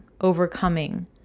overcoming